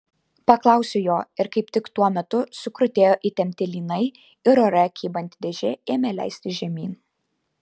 paklausiau jo ir kaip tik tuo metu sukrutėjo įtempti lynai ir ore kybanti dėžė ėmė leistis žemyn